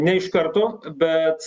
ne iš karto bet